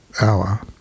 hour